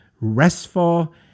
restful